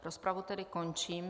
Rozpravu tedy končím.